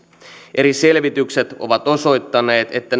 eri selvitykset ovat osoittaneet että